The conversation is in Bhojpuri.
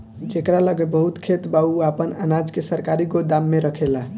जेकरा लगे बहुत खेत बा उ आपन अनाज के सरकारी गोदाम में रखेला